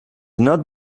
not